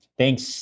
thanks